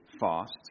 fast